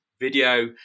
video